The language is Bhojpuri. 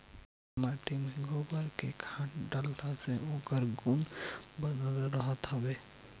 माटी में गोबर के खाद डालला से ओकर गुण बनल रहत हवे